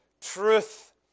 truth